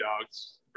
dogs